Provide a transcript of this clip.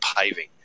paving